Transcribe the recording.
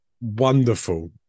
wonderful